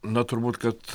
na turbūt kad